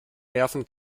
werfen